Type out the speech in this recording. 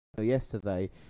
yesterday